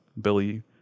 Billy